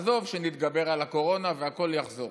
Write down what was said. עזוב שנתגבר על הקורונה והכול יחזור,